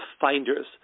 finders